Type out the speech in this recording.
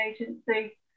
Agency